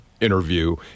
interview